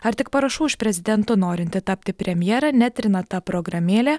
ar tik parašų už prezidentu norinti tapti premjerė netrina ta programėlė